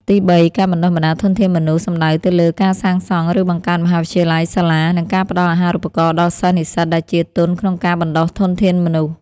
ទីបី ការបណ្ដុះបណ្ដាលធនធានមនុស្ស សំដៅទៅលើ ការសាងសង់ឬបង្កើតមហាវិទ្យាល័យ សាលា និងការផ្តល់អាហារូបករណ៍ដល់សិស្សនិស្សិតដែលជាទុនក្នុងការបណ្តុះធនធានមនុស្ស។